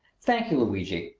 thank you, luigi.